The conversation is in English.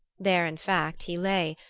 there in fact he lay,